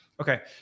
Okay